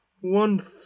One